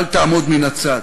אל תעמוד מן הצד.